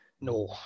No